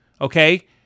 Okay